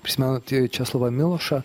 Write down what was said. prisimenant česlovą milošą